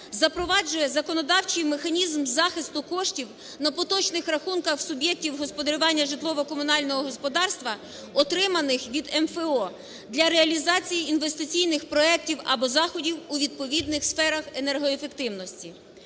запроваджує законодавчий механізм захисту коштів на поточних рахунках суб'єктів господарювання житлово-комунального господарства, отриманих від МФО для реалізації інвестиційних проектів або заходів у відповідних сферах енергоефективності.